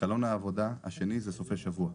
והחלון השני זה סופי שבוע,